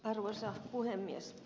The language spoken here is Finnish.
arvoisa puhemies